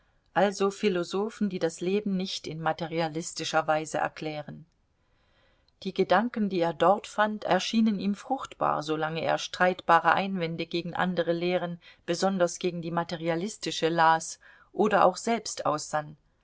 also philosophen die das leben nicht in materialistischer weise erklären die gedanken die er dort fand erschienen ihm fruchtbar solange er streitbare einwände gegen andere lehren besonders gegen die materialistische las oder auch selbst aussann